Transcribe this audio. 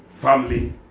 family